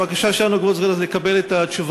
בבקשה, יוסף.